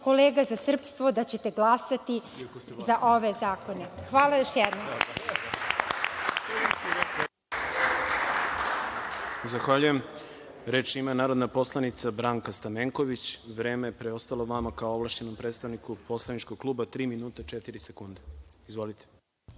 kolega za srpstvo, da ćete glasati za ove zakone. Hvala. **Đorđe Milićević** Zahvaljujem. Reč ima narodna poslanica Branka Stamenković. Vreme preostalo vama, kao ovlašćenom predstavniku poslaničkog kluba, 3 minuta i 4 sekunde. Izvolite.